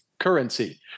currency